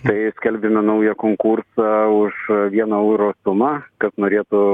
tai skelbėme naują konkursą už vieno euro sumą kas norėtų